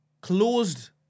closed